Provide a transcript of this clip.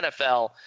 NFL